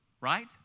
right